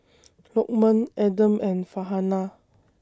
Lokman Adam and Farhanah